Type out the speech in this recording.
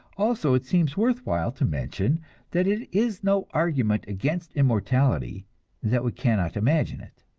also, it seems worthwhile to mention that it is no argument against immortality that we cannot imagine it,